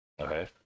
Okay